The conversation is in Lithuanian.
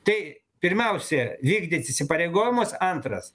tai pirmiausia vykdyt įsipareigojimus antras